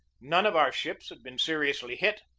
none of our ships had been seriously hit,